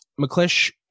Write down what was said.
McClish